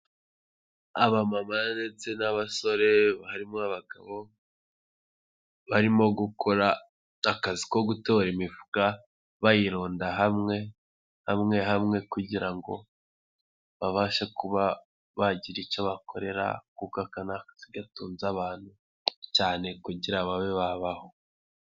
Abamama ndetse n'abasore harimo abagabo barimo gukora akazi ko gutora imifuka bayirunda hamwe, hamwe hamwe kugira ngo babashe kuba bagira icyo bakorera kuko aka ni akazi gatunze abantu cyane kugira babe babaho.